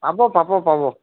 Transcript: পাব পাব পাব